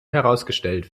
herausgestellt